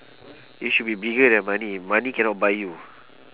you should be bigger than money money cannot buy you